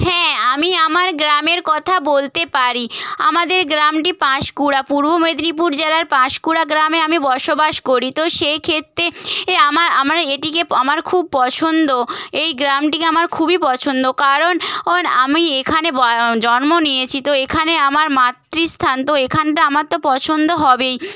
হ্যাঁ আমি আমার গ্রামের কথা বলতে পারি আমাদের গ্রামটি পাঁশকুড়া পূর্ব মেদিনীপুর জেলার পাঁশকুড়া গ্রামে আমি বসবাস করি তো সেক্ষেত্রে এ আমার আমরা এটিকে আমার খুব পছন্দ এই গ্রামটিকে আমার খুবই পছন্দ কারণ হন আমি এখানে বা জন্ম নিয়েছি তো এখানে আমার মাতৃস্থান তো এখানটা আমার তো পছন্দ হবেই